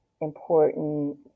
important